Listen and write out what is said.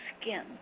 skin